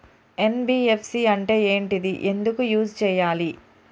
NBFC అంటే ఏంటిది ఎందుకు యూజ్ చేయాలి?